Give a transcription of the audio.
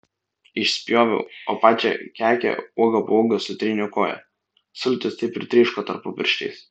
išspjoviau o pačią kekę uoga po uogos sutryniau koja sultys taip ir tryško tarpupirščiais